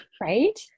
Right